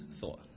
thought